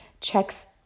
checks